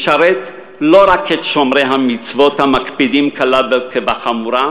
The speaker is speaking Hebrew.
משרת לא רק את שומרי המצוות המקפידים קלה כחמורה,